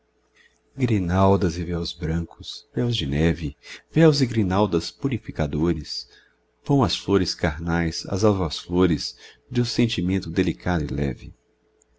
grinaldas e véus brancos véus de neve véus e grinaldas purificadores vão as flores carnais as alvas flores do sentimento delicado e leve